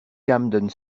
camden